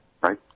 right